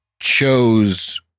chose